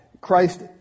Christ